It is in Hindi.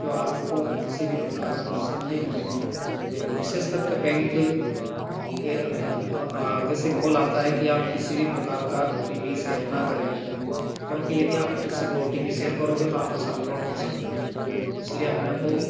जो आपको किसी भी प्रकार का नुकसान नहीं होने देती वो विशेष करके बैंक के अन्दर आगे से कॉल आता है कि आप किसी भी प्रकार का ओ टी पी शेयर न करें क्योंकि यदि आप किसी को ओ टी पी शेयर करोगे तो आपके साथ फ्रौड हो सकता है इसलिए अपने को